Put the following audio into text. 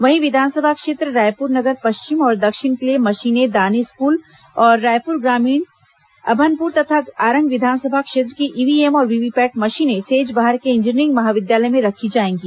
वहीं विधानसभा क्षेत्र रायपुर नगर पश्चिम और दक्षिण के लिए मशीनें दानी स्कूल और रायपुर ग्रामीण अभनपुर तथा आरंग विधानसभा क्षेत्र की ईव्हीएम और वीवीपैट मशीनें सेजबहार के इंजीनियरिंग महाविद्यालय में रखी जाएंगी